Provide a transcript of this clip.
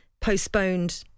postponed